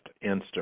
instant